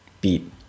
beat